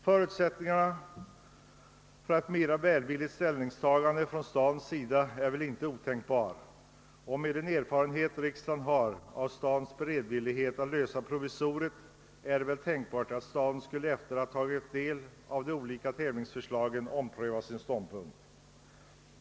Det kan kanske finnas vissa förutsättningar för att staden därvid intar en mera välvillig ställning. Med den erfarenhet riksdagen har av stadens beredvillighet att klara provisoriet är det väl tänkbart att staden efter att ha tagit del av de olika tävlingsförslagen skulle ompröva sitt ställningstagande.